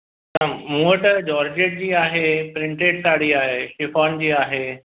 त मूं वटि जॉर्जट बि आहे प्रिंटेड साड़ी आहे शिफॉन जी आहे